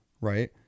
Right